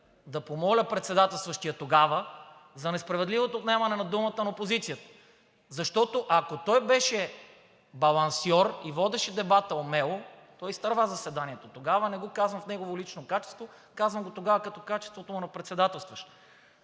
да помоля председателстващия тогава за несправедливото отнемане на думата на опозицията. Защото, ако той беше балансьор и водеше дебата умело, той изтърва заседанието тогава – не го казвам в негово лично качество, казвам го тогава в качеството му на председателстващ,